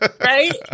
right